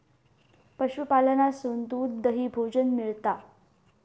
पशूपालनासून दूध, दही, भोजन मिळता